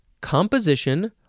composition